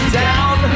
down